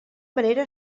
manera